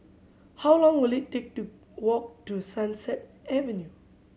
how long will it take to walk to Sunset Avenue